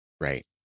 Right